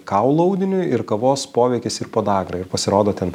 kaulų audiniui ir kavos poveikis ir podagrai ir pasirodo ten